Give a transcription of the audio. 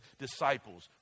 disciples